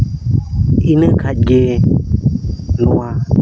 ᱤᱱᱟᱹ ᱠᱷᱟᱱ ᱜᱮ ᱱᱚᱣᱟ